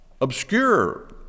obscure